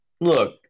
look